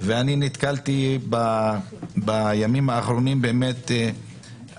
ואני נתקלתי בימים האחרונים באמת